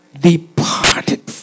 Departed